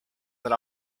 that